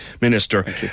Minister